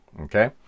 Okay